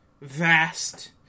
vast